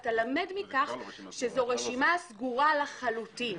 אתה למד מכך שזו רשימה סגורה לחלוטין.